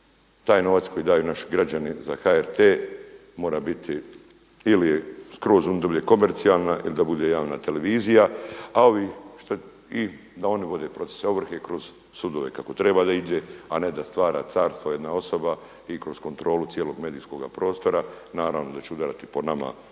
taj novac koji daju naši građani za HRT mora biti skroz ili da bude komercijalna ili da bude javna televizija, a ovi i da oni vode procese ovrhe kroz sudove kako treba da ide a ne da stvara carstvo jedna osoba. I kroz kontrolu cijelog medijskoga prostora naravno da će udarati po nama iz